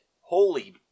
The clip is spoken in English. Holy